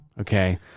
Okay